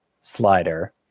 slider